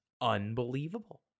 unbelievable